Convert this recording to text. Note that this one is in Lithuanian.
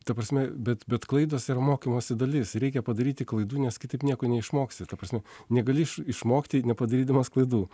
ta prasme bet bet klaidos yra mokymosi dalis reikia padaryti klaidų nes kitaip nieko neišmoksi ta prasme negali iš išmokti nepadarydamas klaidų